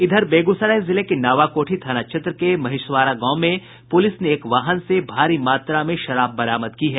इधर बेगूसराय जिले के नावाकोठी थाना क्षेत्र के महेशवारा गांव से पुलिस ने एक वाहन से भारी मात्रा में विदेशी शराब बरामद की है